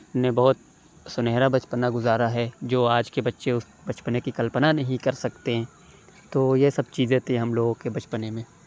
نے بہت سُنہرا بچپنا گُزارا ہے جو آج کے بچے اُس بچپنے کی کلپنا نہیں کر سکتے تو یہ سب چیزیں تھیں ہم لوگوں کے بچپنے میں